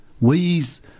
ways